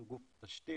אנחנו גוף תשתית,